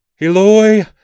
Eloi